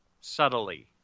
subtly